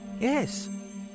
Yes